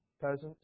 Peasants